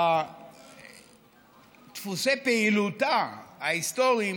אשר לדפוסי פעילותה ההיסטוריים